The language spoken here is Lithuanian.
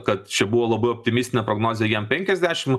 kad čia buvo labai optimistinė prognozė jiem penkiasdešim